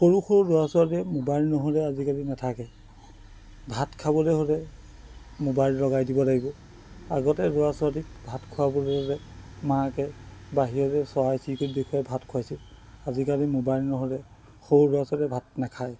সৰু সৰু ল'ৰা ছোৱালী আজিকালি মোবাইল নহ'লে নাথাকে ভাত খাবলে হ'লে মোবাইল লগাই দিব লাগিব আগতে ল'ৰা ছোৱালীক ভাত খুৱাবলৈ হ'লে মাকে বাহিৰতে চৰাই চিৰিকটি দেখুৱাই ভাত খুৱাইছিল আজিকালি মোবাইল নহ'লে সৰু ল'ৰা ছোৱালীয়ে ভাত নাখায়েই